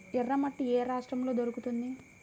ఎర్రమట్టి ఏ రాష్ట్రంలో దొరుకుతుంది?